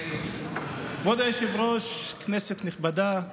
כבוד היושב-ראש, כנסת נכבדה,